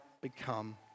become